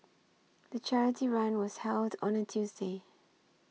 the charity run was held on a Tuesday